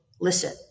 Listen